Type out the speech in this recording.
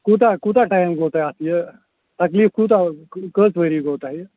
کوٗتاہ کوٗتاہ ٹایِم گوٚو تۄہہِ اَتھ یہِ تکلیٖف کوٗتاہ کٔہ کٔژ ؤری گوٚو تۄہہِ